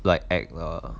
like act ah